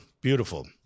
beautiful